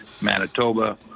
Manitoba